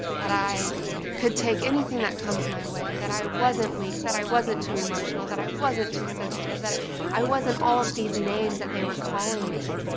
that i could take anything that comes my way, that i wasn't weak, that i wasn't too emotional, that i wasn't too sensitive, that i wasn't all of these names that they were calling me.